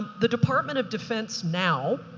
the department of defense now,